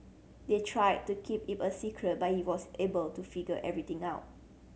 they tried to keep a secret but he was able to figure everything out